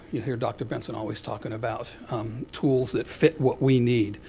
you hear dr. benson always talking about tools that fit what we need.